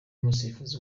umusifuzi